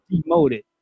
demoted